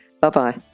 Bye-bye